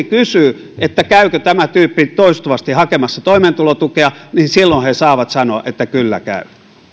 kysyy käykö tämä tyyppi toistuvasti hakemassa toimeentulotukea niin silloin he saavat sanoa että kyllä käy